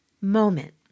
moment